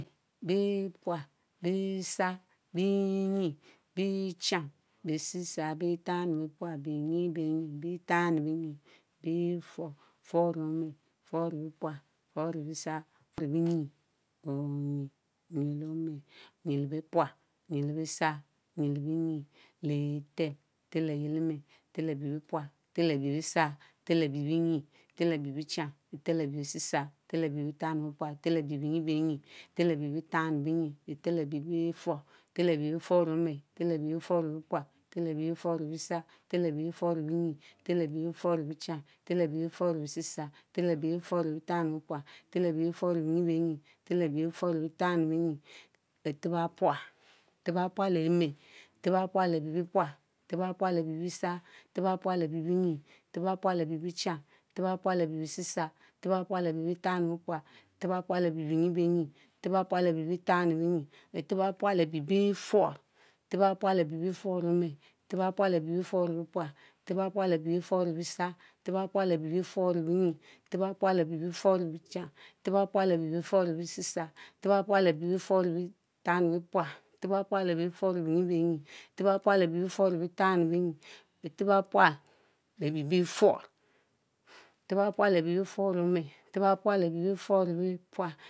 Biepual, Biesarr, Bienyie, Biechan, Bie-siesarr, Bie-chan lé biepual, Bienyi bienyi, Bie-chan lé-bienyie, Biefurr, Biefurr le biepual, Biefurr le biesarr, Biefurr le bienyie, Onyie, Onyie le-ome, Onyie le-biepual, Onyie le-biesarr, Onyie le-bienyie, Letel, Letel lebi ome, Letel lebi biepual, Letel lebi biesarr, Letel lebi bienyie, Letel lebi biechan, Letel lebi biesiesarr, Letel lebi biechsn lebiepual, Letel lebi bienyie benyie, Letel lebi biecham le bienyie, Letel lebi biefurr, Letel lebi biefurr le ome, Letel lebi biefurr le biepual, Letel lebi biefurr le biesarr, Letel lebi biefurr le bienyie, Letel lebi biefurr le biechan, Letel lebi biefurr le biesie sarr, Letel lebi biefurr le biechan le biepual, Letel lebi biefurr le bienyie bienyie, Letel lebi biefurr le biechan le bienyie, Betep bapual, Betep bapual le ime, Betep bapual lebi biepual, Betep bapual lebi biesarr, Betep bapual lebi bienyie, Betep bapual lebi biechan, Betep bapual lebi biesiesarr, Betep bapual lebi biechan lebie pual, Betep bapual lebi bienyie benyie, Betep bapual lebi biechan lebienyie, Betep bapual lebi biefurr, Betep bapual lebi biefurr le ome, Betep bapual lebi biefurr le biepual, Betep bapual lebi biefurr le biesarr, Betep bapual lebi biefurr le bienyie, Betep bapual lebi biefurr le bienyie, Betep bapual lebi biefurr le biechan, Betep bapual lebi biefurr le biesiesarr, Betep bapual lebi biefurr le biechan le biepual, Betep bapual lebi biefurr le bienyi bienyie, Betep bapual lebi biefurr le biechan le bienyie, Betep bapual lebi biefurr, Betep bapual lebi biefurr leome, Betep bapual lebi biefurr le-biepual,